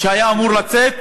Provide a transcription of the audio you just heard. והיה אמור לצאת